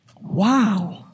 Wow